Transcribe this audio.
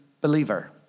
believer